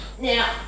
Now